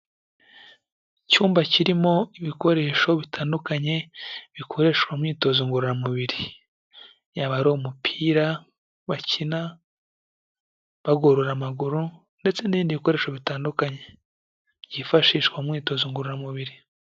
Icyumba kirimo ibikoresho bitandukanye bikoreshwa mu myitozo ngororamubiri, yaba ari umupira bakina bagorora amaguru, ndetse n'ibindi bikoresho bitandukanye byifashishwa mu myitozo ngororamubiri.